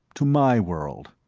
to my world.